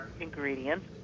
ingredients